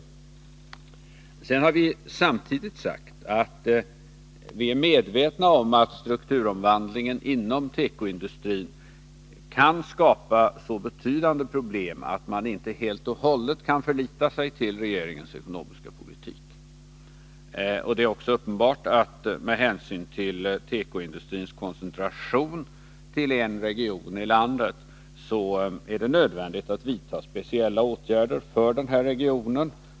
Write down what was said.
Samtidigt har vi sagt att vi är medvetna om att strukturomvandlingen inom tekoindustrin kan skapa så betydande problem att man inte helt och hållet kan förlita sig på regeringens ekonomiska politik. Det är också uppenbart att det med hänsyn till tekoindustrins koncentration till en region i landet är nödvändigt att vidta speciella åtgärder för den regionen.